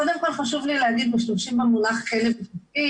קודם כל חשוב לי להגיד, משתמשים במונח 'כלב גזעי',